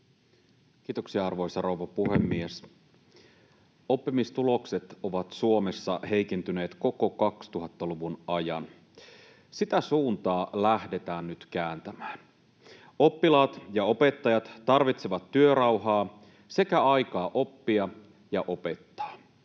Kiitoksia, arvoisa rouva puhemies! Oppimistulokset ovat Suomessa heikentyneet koko 2000-luvun ajan. Sitä suuntaa lähdetään nyt kääntämään. Oppilaat ja opettajat tarvitsevat työrauhaa sekä aikaa oppia ja opettaa.